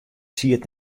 siet